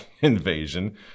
invasion